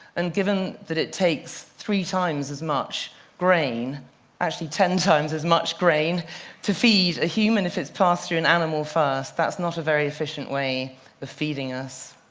and given that it takes three times as much grain actually ten times as much grain to feed a human if it's passed through an animal first, that's not a very efficient way of feeding us.